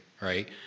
Right